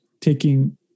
taking